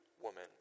woman